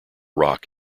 rock